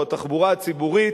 או התחבורה הציבורית,